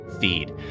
feed